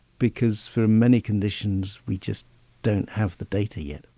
because for many conditions we just don't have the data yet.